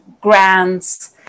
grants